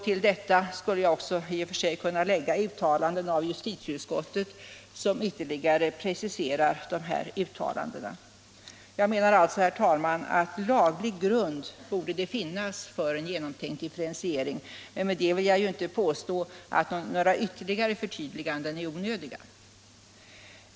Till detta skulle jag också i och för sig kunna lägga uttalanden av justitieutskottet som ytterligare preciserar dessa uttalanden. Jag menar alltså att det finns en laglig grund för en genomtänkt differentiering. Men med det vill jag inte påstå att några ytterligare förtydliganden är onödiga.